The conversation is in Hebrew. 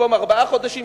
במקום ארבעה חודשים,